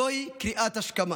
זוהי קריאת השכמה.